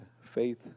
Faith